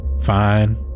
Fine